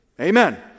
Amen